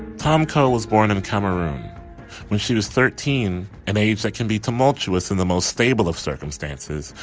tom cole was born in cameroon when she was thirteen an age that can be tumultuous and the most stable of circumstances.